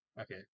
Okay